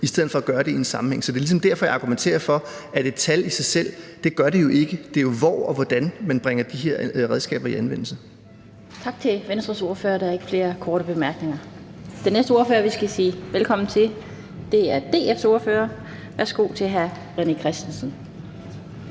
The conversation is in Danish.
i stedet for at gøre det i en sammenhæng. Så det er ligesom derfor, jeg argumenterer for, at et tal i sig selv jo ikke gør det; det er jo, hvor og hvordan man bringer de her redskaber i anvendelse. Kl. 17:30 Den fg. formand (Annette Lind): Tak til Venstres ordfører. Der er ikke flere korte bemærkninger. Den næste ordfører, vi skal sige velkommen til, er DF's ordfører. Værsgo til hr. René Christensen.